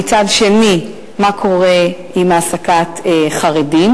ומצד שני מה קורה עם העסקת חרדים,